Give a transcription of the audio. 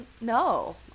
no